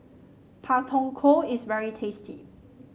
Pak Thong Ko is very tasty